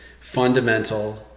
fundamental